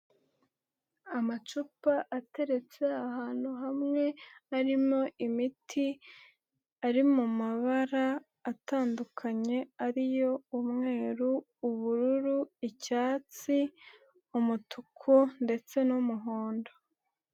Amacupa ateretse ahantu hamwe arimo imiti, ari mumabara atandukanye ariyo, umweru, ubururu, icyatsi, umutuku, ndetse n'umuhondo.